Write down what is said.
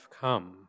come